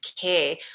care